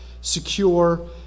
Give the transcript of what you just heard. secure